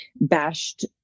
bashed